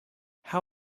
how